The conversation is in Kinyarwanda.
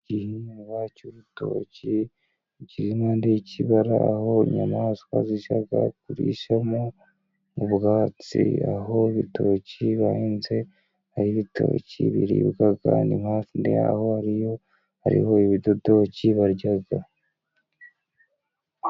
Igihingwa cy'urutokiri kiri impande y'ikibara, aho inyamaswa zijya kurishamo ubwatsi, aho ibitoki bahinze ari ibitoki biribwa no hafi yaho hariho ibidodoki barya.